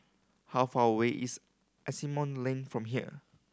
how far away is Asimont Lane from here